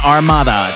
Armada